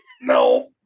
No